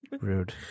Rude